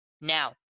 now